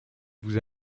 vous